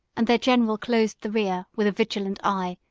and their general closed the rear, with a vigilant eye,